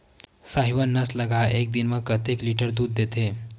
साहीवल नस्ल गाय एक दिन म कतेक लीटर दूध देथे?